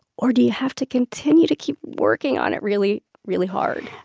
or do you have to continue to keep working on it really, really hard?